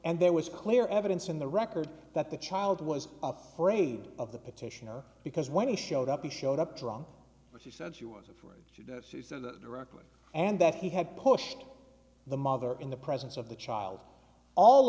and there was clear evidence in the record that the child was afraid of the petitioner because when he showed up he showed up drunk but she said she was afraid she said that directly and that he had pushed the mother in the presence of the child all